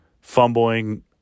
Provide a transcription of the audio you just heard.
Fumbling